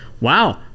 wow